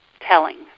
telling